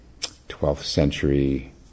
12th-century